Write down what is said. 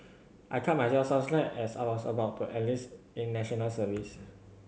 I cut myself some slack as I was about to enlist in National Service